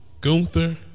Gunther